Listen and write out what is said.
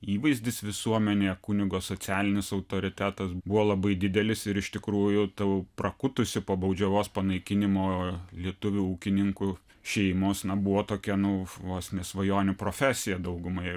įvaizdis visuomenėje kunigo socialinis autoritetas buvo labai didelis ir iš tikrųjų ta prakutusi po baudžiavos panaikinimo lietuvių ūkininkų šeimos na buvo tokia nu vos ne svajonių profesija daugumai